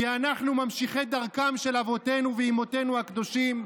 כי אנחנו ממשיכי דרכם של אבותינו ואימותינו הקדושים,